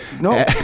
No